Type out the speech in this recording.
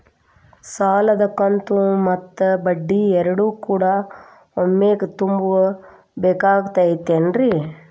ಸಾಲದ ಕಂತು ಮತ್ತ ಬಡ್ಡಿ ಎರಡು ಕೂಡ ಒಮ್ಮೆ ತುಂಬ ಬೇಕಾಗ್ ತೈತೇನ್ರಿ?